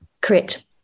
Correct